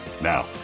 Now